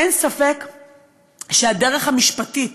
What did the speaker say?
אין ספק שהדרך המשפטית